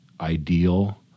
ideal